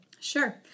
Sure